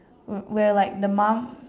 uh where like the mum